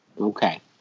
okay